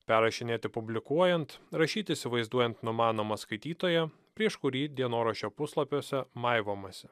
perrašinėti publikuojant rašyti įsivaizduojant numanomą skaitytoją prieš kurį dienoraščio puslapiuose maigomasi